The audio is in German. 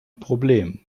problem